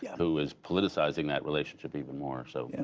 yeah who is politicizing that relationship even more. so.